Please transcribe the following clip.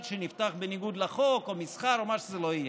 שנפתח בניגוד לחוק או מסחר או מה שזה לא יהיה.